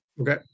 Okay